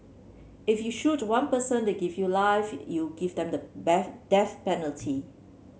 if you shoot one person they give you life you give them the death penalty